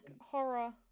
horror